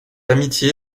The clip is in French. amitié